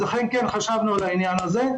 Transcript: חשבנו על העניין הזה.